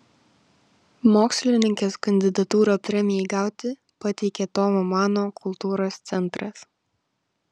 mokslininkės kandidatūrą premijai gauti pateikė tomo mano kultūros centras